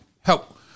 help